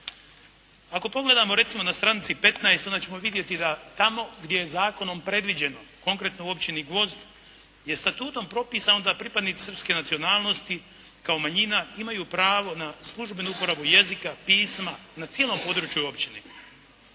Ako pogledamo recimo na stranici 15 onda ćemo vidjeti da tamo gdje je zakonom predviđeno, konkretno u općini Gvozd, gdje je statutom propisano da pripadnici srpske nacionalnosti kao manjina imaju pravo na službenu uporabu jezika, pisma na cijelom području općine.